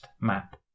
map